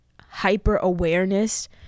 hyper-awareness